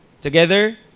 together